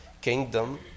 kingdom